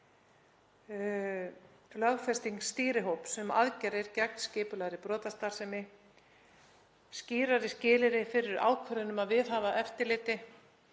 lögfesting stýrihóps um aðgerðir gegn skipulagðri brotastarfsemi, skýrari skilyrði fyrir ákvörðun um að viðhafa eftirlit,